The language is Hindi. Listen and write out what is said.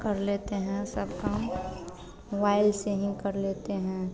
कर लेते हैं सब काम मोबाइल से ही कर लेते हैं